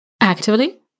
actively